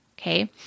okay